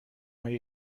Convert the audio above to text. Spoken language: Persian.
های